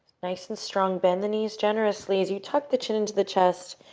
nice and strong. bend the knees generously as you tuck the chin into the chest,